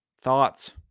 Thoughts